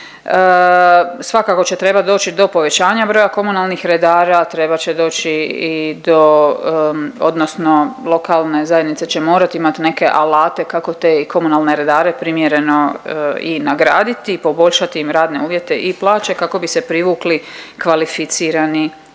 Svakako će trebat doći do povećanja broja komunalnih redara, trebat će doći i do odnosno lokalne zajednice će morat imat neke alate kako te komunalne redare primjereno i nagraditi i poboljšati im radne uvjete i plaće kako bi se privukli kvalificirani,